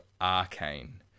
Arcane